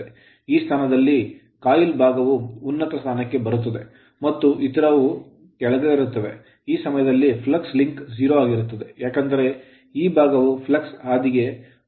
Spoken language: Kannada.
ಈ ಸ್ಥಾನದಲ್ಲಿ ಸುರುಳಿಯ ಈ ಭಾಗವು ಉನ್ನತ ಸ್ಥಾನಕ್ಕೆ ಬರುತ್ತದೆ ಮತ್ತು ಇತರವು ಕೆಳಭಾಗದಲ್ಲಿರುತ್ತವೆ ಈ ಸಮಯದಲ್ಲಿ flux link ಫ್ಲಕ್ಸ್ ಲಿಂಕ್ 0 ಆಗಿರುತ್ತದೆ ಏಕೆಂದರೆ ಈ ಭಾಗವು flux ಫ್ಲಕ್ಸ್ ಹಾದಿ ಹೊರಗೆ ಇರುತ್ತದೆ